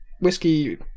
whiskey